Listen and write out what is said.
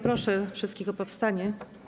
Proszę wszystkich o powstanie.